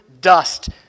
dust